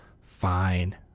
Fine